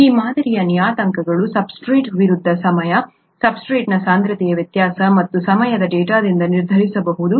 ಈ ಮಾದರಿಯ ನಿಯತಾಂಕಗಳನ್ನು ಸಬ್ಸ್ಟ್ರೇಟ್ ವಿರುದ್ಧ ಸಮಯ ಸಬ್ಸ್ಟ್ರೇಟ್ನ ಸಾಂದ್ರತೆಯ ವ್ಯತ್ಯಾಸ ಮತ್ತು ಸಮಯದ ಡೇಟಾದಿಂದ ನಿರ್ಧರಿಸಬಹುದು